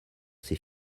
ces